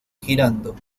girando